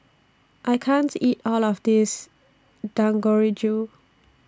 I can't eat All of This